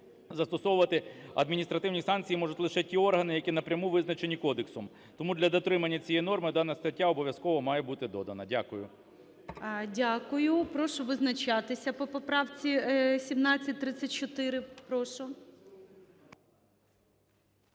застосовувати адміністративні санкції можуть лише ті органи, які напряму визначені кодексом. Тому для дотримання цієї норми дана стаття обов'язково має бути додана. Дякую. ГОЛОВУЮЧИЙ. Дякую. Прошу визначатися по поправці 1734. Прошу.